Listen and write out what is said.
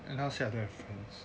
then now see I don't have friends